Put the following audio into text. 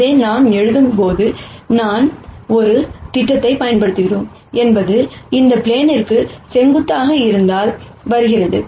இதை நாம் எழுதும் போது நாம் ஒரு திட்டத்தைப் பயன்படுத்துகிறோம் என்பது இந்த n ப்ளேனிற்கு செங்குத்தாக இருப்பதால் வருகிறது